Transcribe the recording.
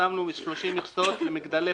שמנו 30 מכסות למגדלי